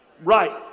right